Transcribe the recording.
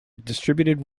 distributed